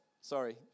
sorry